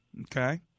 Okay